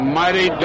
mighty